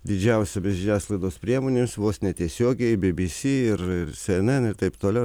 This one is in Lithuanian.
didžiausiomis žiniasklaidos priemonėmis vos netiesiogiai bbc ir ir cnn ir taip toliau